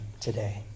today